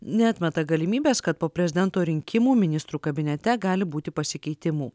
neatmeta galimybės kad po prezidento rinkimų ministrų kabinete gali būti pasikeitimų